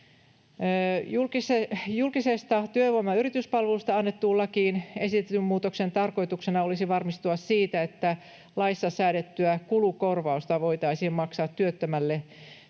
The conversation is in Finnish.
Julkisesta työvoima‑ ja yrityspalvelusta annettuun lakiin esitetyn muutoksen tarkoituksena olisi varmistua siitä, että laissa säädettyä kulukorvausta voitaisiin maksaa työttömille